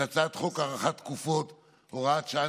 את הצעת חוק הארכת תקופות (הוראת שעה,